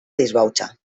disbauxa